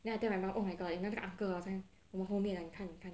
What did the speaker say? then I tell my mother oh my god you know 这个 uncle 在我们后面你看你看